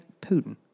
Putin